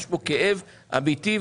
יש כאן כאב אמיתי.